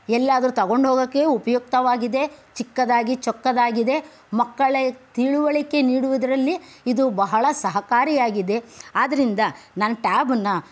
ಎಲ್ಲಾದ್ರೂ ತಗೊಂಡೋಗೋಕ್ಕೆ ಉಪಯುಕ್ತವಾಗಿದೆ ಚಿಕ್ಕದಾಗಿ ಚೊಕ್ಕದಾಗಿದೆ ಮಕ್ಕಳ ತಿಳುವಳಿಕೆ ನೀಡೋದ್ರಲ್ಲಿ ಇದು ಬಹಳ ಸಹಕಾರಿಯಾಗಿದೆ ಆದ್ದರಿಂದ ನಾನು ಟ್ಯಾಬನ್ನು